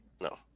No